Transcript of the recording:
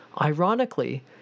Ironically